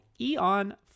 Eon